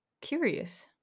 curious